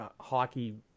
hockey